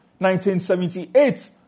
1978